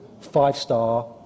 five-star